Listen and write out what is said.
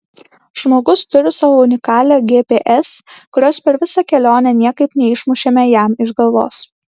žmogus turi savo unikalią gps kurios per visą kelionę niekaip neišmušėme jam iš galvos